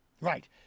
Right